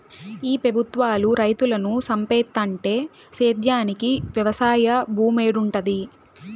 ఈ పెబుత్వాలు రైతులను సంపేత్తంటే సేద్యానికి వెవసాయ భూమేడుంటది